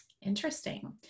Interesting